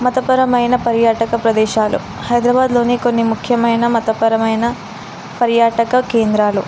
మతపరమైన పర్యాటక ప్రదేశాలు హైదరాబాదులోని కొన్ని ముఖ్యమైన మతపరమైన పర్యాటక కేంద్రాలు